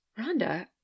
Rhonda